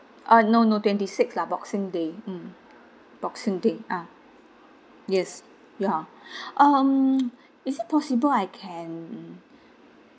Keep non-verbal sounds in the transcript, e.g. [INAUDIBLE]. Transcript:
uh no no twenty six lah boxing day mm boxing day ah yes ya [BREATH] um is it possible I can